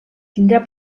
tindrà